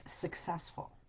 successful